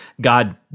God